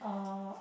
uh